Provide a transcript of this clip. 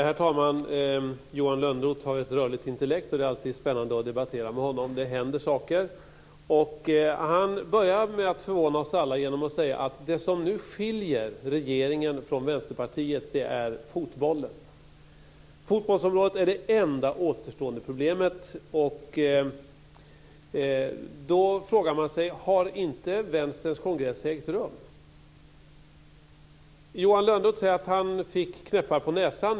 Herr talman! Johan Lönnroth har ett rörligt intellekt, och det är alltid spännande att debattera med honom. Det händer saker. Johan Lönnroth började med att förvåna oss alla genom att säga att det som skiljer regeringen från Vänsterpartiet är fotbollen. Fotbollsområdet är det enda återstående problemet. Då frågar man sig om inte Vänsterns kongress har ägt rum. Johan Lönnroth säger att han fick knäppar på näsan.